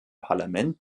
parlament